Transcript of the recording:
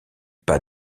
pas